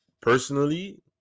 personally